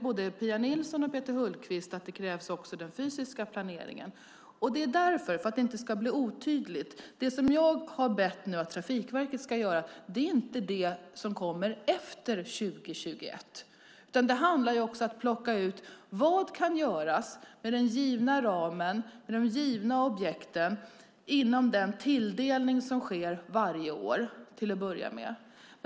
Både Pia Nilsson och Peter Hultqvist vet att det också krävs fysisk planering. För att det inte ska bli otydligt kan jag säga att det som jag har bett att Trafikverket ska göra är inte det som kommer efter 2021. Det handlar om att plocka ut vad som kan göras med den givna ramen, med de givna objekten inom den tilldelning som sker varje år, till att börja med.